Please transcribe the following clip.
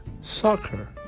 soccer